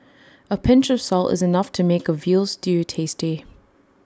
A pinch of salt is enough to make A Veal Stew tasty